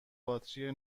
باتری